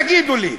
תגידו לי.